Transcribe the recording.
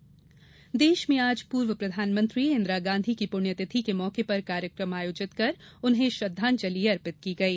इंदिरा गांधी देश में आज पूर्व प्रधानमंत्री इंदिरा गांधी की पुण्यतिथि के मौके पर कार्यक्रम आयोजित कर श्रद्वांजलि अर्पित की गई